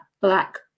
black